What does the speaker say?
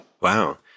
Wow